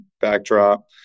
backdrop